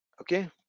okay